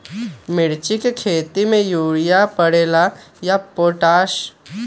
मिर्ची के खेती में यूरिया परेला या पोटाश?